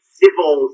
civil